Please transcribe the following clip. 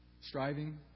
Striving